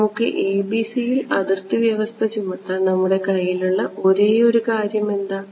നമ്മുടെ ABC യിൽ അതിർത്തി വ്യവസ്ഥ ചുമത്താൻ നമ്മുടെ കൈയിലുള്ള ഒരേയൊരു കാര്യം എന്താണ്